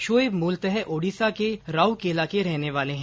शोएब मूलतः ओडिशा के राउरकेला के रहने वाले है